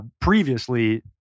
Previously